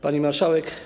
Pani Marszałek!